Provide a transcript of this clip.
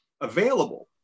available